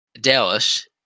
Dallas